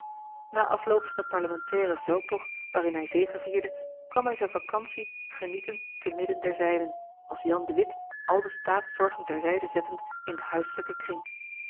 na afloop van den parlementairen veldtocht waarin hij zegevierde kwam hij zijne vacantie genieten te midden der zijnen als jan de witt al de staatszorgen ter zijde zettend in den huislijken kring